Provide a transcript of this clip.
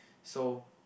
so